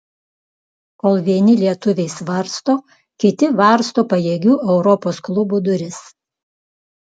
kol vieni lietuviai svarsto kiti varsto pajėgių europos klubų duris